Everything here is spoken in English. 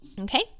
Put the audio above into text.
okay